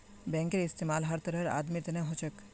बैंकेर इस्तमाल हर तरहर आदमीर तने हो छेक